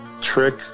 Trick